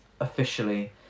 officially